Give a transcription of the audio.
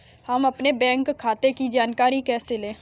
हम अपने बैंक खाते की जानकारी कैसे लें?